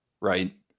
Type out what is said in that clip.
right